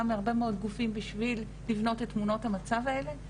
מהרבה מאוד גופים בשביל לבנות את תמונות המצב האלה,